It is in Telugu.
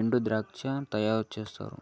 ఎండుద్రాక్ష తయారుచేస్తారు